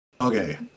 Okay